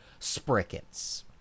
sprickets